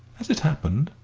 as it happened,